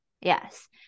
yes